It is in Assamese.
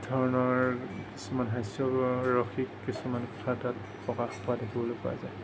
ধৰণৰ কিছুমান হাস্যৰসিক কিছুমান কথা তাত প্ৰকাশ পোৱা দেখিবলৈ পোৱা যায়